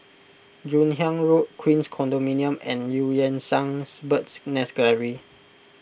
Joon Hiang Road Queens Condominium and Eu Yan Sang Bird's Nest Gallery